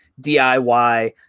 DIY